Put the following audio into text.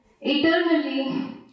eternally